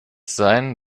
sein